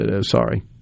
Sorry